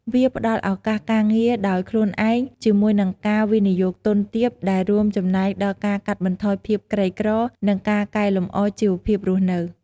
វាផ្តល់ឱកាសការងារដោយខ្លួនឯងជាមួយនឹងការវិនិយោគទុនទាប ដែលរួមចំណែកដល់ការកាត់បន្ថយភាពក្រីក្រ និងការកែលម្អជីវភាពរស់នៅ។